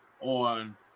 on